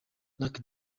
lucky